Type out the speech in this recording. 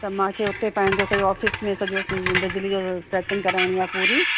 त मांखे हुते पंहिंजो सॼो ऑफ़िस में सॼो बिजली जो सेटिंग कराइणी आहे पूरी